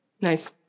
Nice